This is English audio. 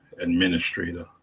administrator